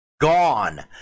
gone